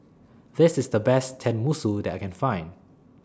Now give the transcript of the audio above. This IS The Best Tenmusu that I Can Find